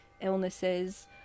illnesses